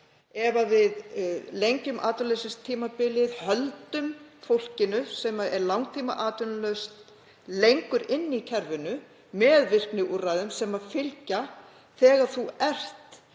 ef við lengjum atvinnuleysistímabilið, höldum fólkinu, sem er langtímaatvinnulaust, lengur inni í kerfinu, með virkniúrræðum sem fylgja þegar þú ert